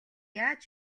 яаж